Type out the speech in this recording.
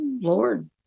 Lord